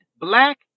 black